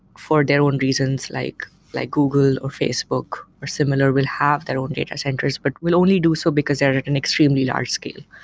for their own reasons, like like google or facebook, or similar, will have their own data centers, but will only do so because they're an extremely large scale.